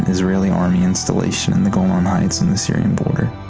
israeli army installation in the golan heights on the syrian border.